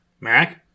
Mac